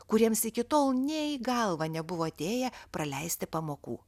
kuriems iki tol nė į galvą nebuvo atėję praleisti pamokų